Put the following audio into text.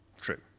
True